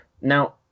Now